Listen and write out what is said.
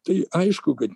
tai aišku kad